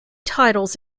titles